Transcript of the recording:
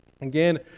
Again